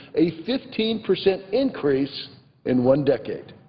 a fifteen percent increase in one decade.